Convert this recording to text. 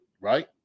right